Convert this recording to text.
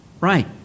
Right